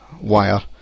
wire